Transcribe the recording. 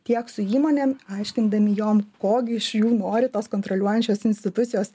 tiek su įmonėm aiškindami jom ko gi iš jų nori tos kontroliuojančios institucijos